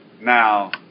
now